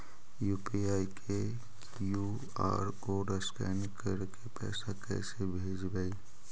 UPI के QR code scan करके पैसा कैसे भेजबइ?